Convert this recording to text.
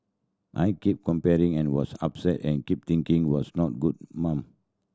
I keep comparing and was upset and kept thinking was not a good mum